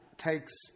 takes